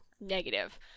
negative